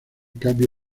cambio